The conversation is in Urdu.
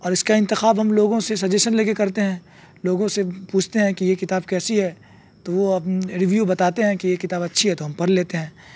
اور اس کا انتخاب ہم لوگوں سے سجیشن لے کے کرتے ہیں لوگوں سے پوچھتے ہیں کہ یہ کتاب کیسی ہے تو وہ ریویو بتاتے ہیں کہ یہ کتاب اچھی ہے تو ہم پڑھ لیتے ہیں